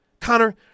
Connor